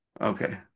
Okay